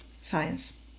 science